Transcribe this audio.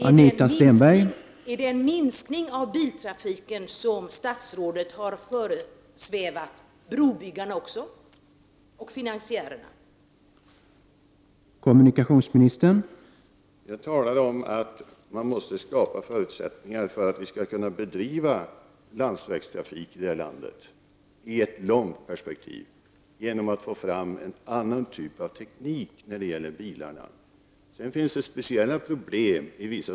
Herr talman! Är det en minskning av biltrafiken som statsrådet har förespeglat brobyggarna och finansiärerna också?